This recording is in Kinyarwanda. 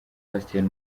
pasteur